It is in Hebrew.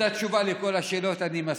אותה תשובה לכל השאלות, אני מסכים.